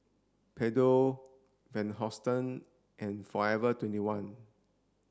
Pedro Van Houten and Forever twenty one